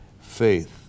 faith